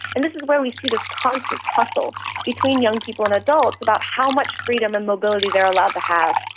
and this is where we see this constant tussle between young people and adults about how much freedom and mobility they're allowed to have.